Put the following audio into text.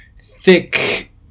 thick